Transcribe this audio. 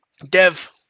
Dev